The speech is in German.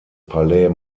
palais